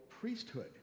priesthood